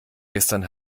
gestern